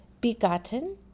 Begotten